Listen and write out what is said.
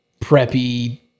preppy